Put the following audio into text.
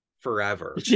forever